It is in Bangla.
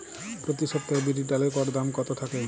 প্রতি সপ্তাহে বিরির ডালের গড় দাম কত থাকে?